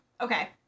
Okay